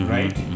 Right